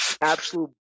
absolute